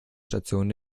station